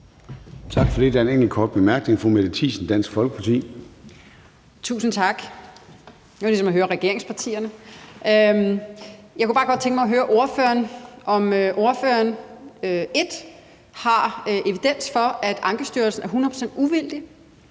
Tak for det. Der er en enkelt kort bemærkning. Fru Mette Thiesen, Dansk Folkeparti. Kl. 23:09 Mette Thiesen (DF): Tusind tak. Det var ligesom at høre regeringspartierne. Jeg kunne bare godt tænke mig at høre ordføreren, om ordføreren har evidens for, at Ankestyrelsen er hundrede